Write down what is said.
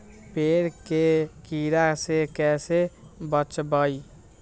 पेड़ के कीड़ा से कैसे बचबई?